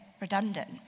redundant